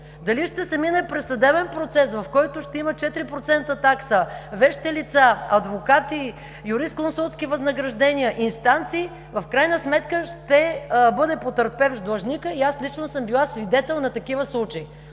Дали ще се мине през съдебен процес, в който ще има 4% такса, вещи лица, адвокати, юрисконсултски възнаграждения, инстанции в крайна сметка ще бъде потърпевш длъжникът, и аз лично съм била свидетел на такива случаи.